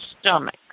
stomach